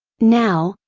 now,